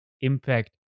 impact